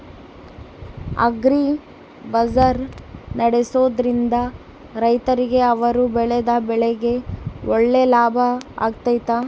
Agri ಬಜಾರ್ ನಡೆಸ್ದೊರಿಂದ ರೈತರಿಗೆ ಅವರು ಬೆಳೆದ ಬೆಳೆಗೆ ಒಳ್ಳೆ ಲಾಭ ಆಗ್ತೈತಾ?